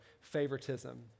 favoritism